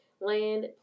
land